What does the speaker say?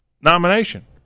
nomination